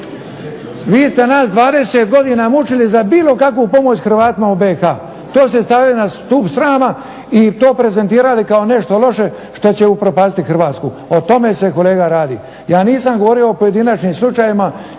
Vi ste nas 20 godina mučili za bilo kakvu pomoć Hrvatima u BiH, to ste stavili na stup srama i prezentirali kako nešto loše što će upropastiti Hrvatsku o tome se kolega radi. Ja nisam govorio o pojedinačnim slučajevima